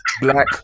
Black